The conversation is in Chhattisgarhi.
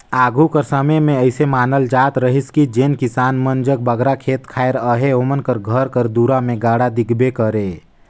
आघु कर समे मे अइसे मानल जात रहिस कि जेन किसान मन जग बगरा खेत खाएर अहे ओमन घर कर दुरा मे गाड़ा दिखबे करे